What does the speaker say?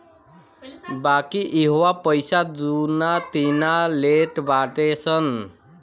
बाकी इहवा पईसा दूना तिना लेट बाटे सन